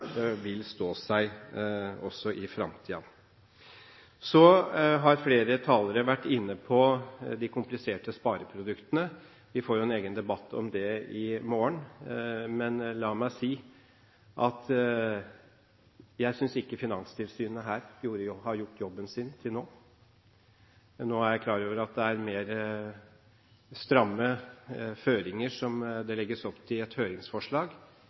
stå seg også i fremtiden. Så har flere talere vært inne på de kompliserte spareproduktene. Vi får jo en egen debatt om det i morgen. Men la meg si at jeg synes ikke Finanstilsynet her har gjort jobben sin til nå. Men nå er jeg klar over at det i et høringsforslag legges opp til